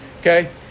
okay